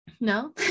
no